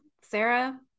Sarah